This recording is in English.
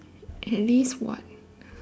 at least [what]